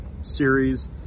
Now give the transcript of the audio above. series